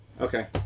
Okay